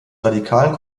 radikalen